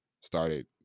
started